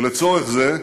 ולצורך זה,